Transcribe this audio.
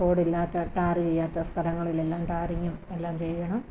റോഡില്ലാത്ത tar ചെയ്യാത്ത സ്ഥലങ്ങളിലെല്ലാം ടാറിങ്ങും എല്ലാം ചെയ്യണം